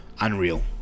unreal